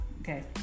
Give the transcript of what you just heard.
Okay